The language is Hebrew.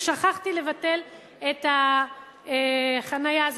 ושכחתי לבטל את החנייה הזאת,